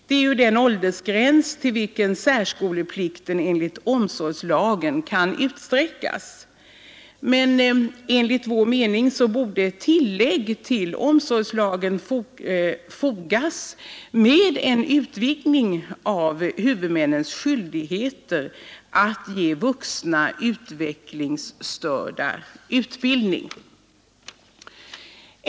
Det är ju den åldersgräns till vilken särskoleplikten enligt omsorgslagen kan utsträckas. Men enligt vår mening borde ett tillägg göras till omsorgslagen med en utvidgning av huvudmännens skyldigheter att ge vuxna utvecklingsstörda utbildning.